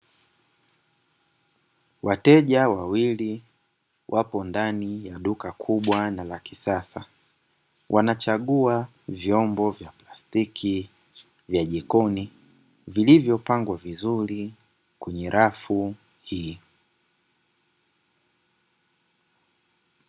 Wateja wawili wapo ndani ya duka kubwa na la kisasa. Wanachagua vyombo vya plastiki vya jikoni vilivyopangwa vizuri kwenye rafu hii.